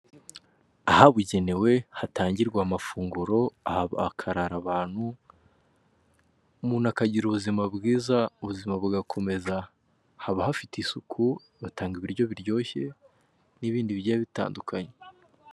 Ahabugenewe hatangirwa amafunguro, hakarara abantu, umuntu akagira ubizima bwiza, ubuzima bugakomeza. Haba hafite isuku, batanga ibiryo biryoshye n'ibindi bigiye bitandukanye.